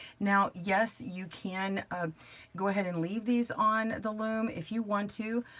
now yes, you can go ahead and leave these on the loom if you want to,